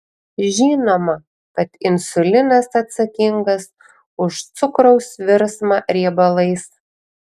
žinoma kad insulinas atsakingas už cukraus virsmą riebalais